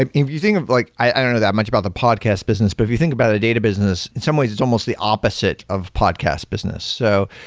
ah if you think of like i don't know that much about the podcast business. but if you think about a data business, in some ways it's almost the opposite of podcast business. so,